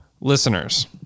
listeners